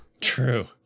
True